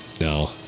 No